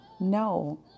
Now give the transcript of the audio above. No